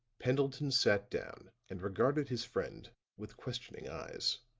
pendleton sat down and regarded his friend with questioning eyes.